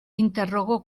interrogó